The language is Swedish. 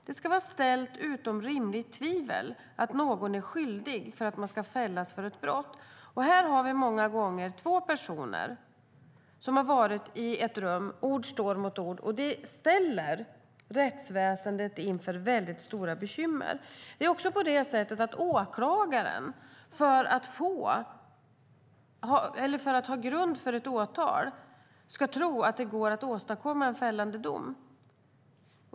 Det ska vara ställt utom rimligt tvivel att någon är skyldig för att kunna fällas för ett brott. Här är det många gånger två personer som har varit i ett rum, och ord står mot ord. Det ställer rättsväsendet inför stora bekymmer. För att väcka åtal ska dessutom åklagaren ha grund att tro att det går att åstadkomma en fällande dom.